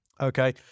Okay